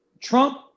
Trump